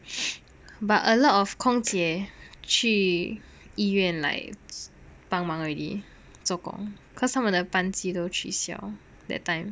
but a lot of 空姐去医院 like 帮忙 already 做工 cause 他们的班机都取消 that time